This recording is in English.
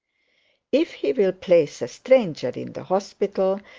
if he will place a stranger in the hospital,